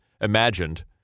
imagined